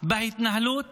בהתנהלות